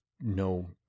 no